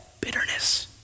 Bitterness